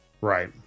Right